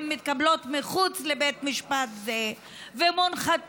הן מתקבלות מחוץ לבית משפט זה ומונחתות.